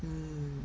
mm